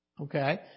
Okay